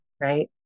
right